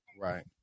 Right